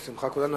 זו שמחת כולנו.